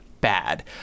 bad